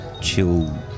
chill